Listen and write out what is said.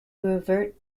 revert